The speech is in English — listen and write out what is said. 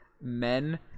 men